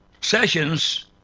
sessions